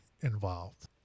involved